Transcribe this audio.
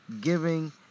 giving